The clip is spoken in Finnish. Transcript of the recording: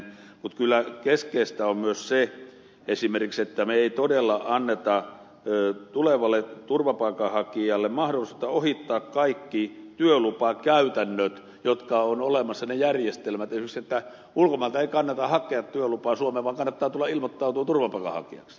mutta kyllä keskeistä on esimerkiksi se että me emme todella anna tulevalle turvapaikanhakijalle mahdollisuutta ohittaa kaikki työlupakäytännöt jotka järjestelmät ovat olemassa esimerkiksi että ulkomailta ei kannata hakea työlupaa suomeen vaan kannattaa tulla ilmoittautumaan turvapaikanhakijaksi